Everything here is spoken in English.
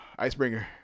Icebringer